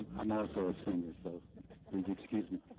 i'm also a singer so please excuse me.